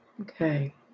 Okay